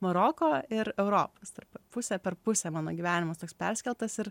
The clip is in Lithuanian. maroko ir europos tai pusę per pusę mano gyvenimas toks perskeltas ir